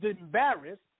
embarrassed